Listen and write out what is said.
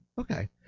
Okay